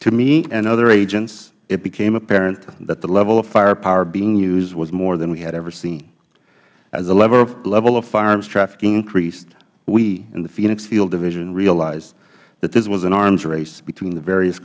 to me and other agents it became apparent that the level of firepower being used was more than we had ever seen as the level of firearms trafficking increased we in the phoenix field division realized that this was an arms race between the various